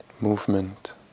Movement